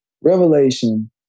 Revelation